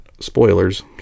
spoilers